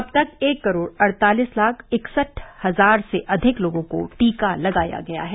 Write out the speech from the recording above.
अब तक एक करोड़ अड़तालीस लाख इकसठ हजार से अधिक लोगों को टीका लगाया गया है